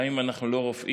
גם אם אנחנו לא רופאים,